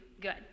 good